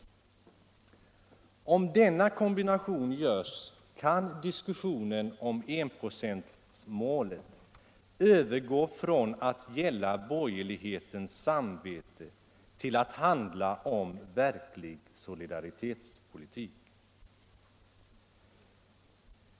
Om denna kombination görs kan diskussionen om enprocentsmålet övergå från att gälla borgerlighetens samvete till att handla om verklig solidaritetspolitik.